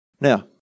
Now